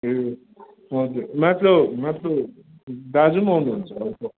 ए हुन्छ माथिलो माथिलो दाजु पनि आउनुहुन्छ होम्सको